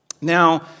Now